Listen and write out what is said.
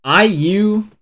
IU